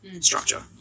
structure